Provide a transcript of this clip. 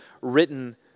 written